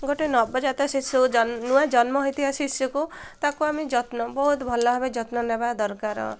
ଗୋଟେ ନବଜାତ ଶିଶୁ ନୂଆ ଜନ୍ମ ହେଇଥିବା ଶିଶୁକୁ ତାକୁ ଆମେ ଯତ୍ନ ବହୁତ ଭଲ ଭାବେ ଯତ୍ନ ନେବା ଦରକାର